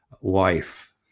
wife